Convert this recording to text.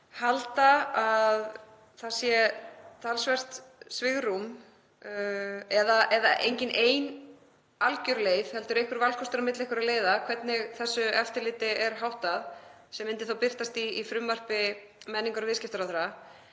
halda að það sé talsvert svigrúm eða engin ein algjör leið heldur einhver valkostur á milli leiða hvernig þessu eftirliti er háttað sem myndi þá birtast í frumvarpi menningar- og viðskiptaráðherra.